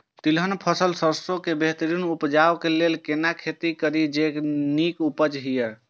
तिलहन फसल सरसों के बेहतरीन उपजाऊ लेल केना खेती करी जे नीक उपज हिय?